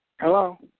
Hello